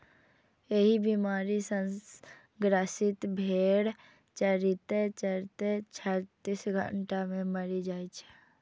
एहि बीमारी सं ग्रसित भेड़ चरिते चरिते छत्तीस घंटा मे मरि जाइ छै